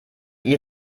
ihr